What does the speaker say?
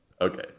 Okay